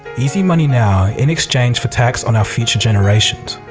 easy money now in exchange for tax on our future generations.